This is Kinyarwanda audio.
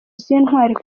z’intwari